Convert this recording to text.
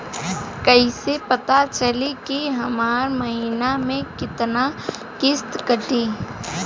कईसे पता चली की हमार महीना में कितना किस्त कटी?